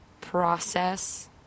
process